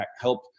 help